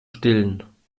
stillen